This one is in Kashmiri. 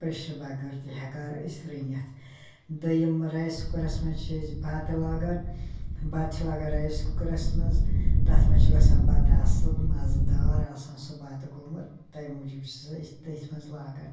پریٚشرٕ بَغٲر تہِ ہیٚکان أسۍ رٔنِتھ دوٚیِم رایس کُکرَس مَنٛز چھِ أسۍ بَتہٕ لاگان بَتہٕ چھِ لاگان رایس کُکرَس مَنٛز تتھ مَنٛز چھُ گَژھان بَتہٕ اصٕل مَزٕ دار آسان سُہ بَتہٕ گوٚمُت تمہِ موٗجوب چھ سُہ أسۍ تٔتھۍ مَنٛز لاگان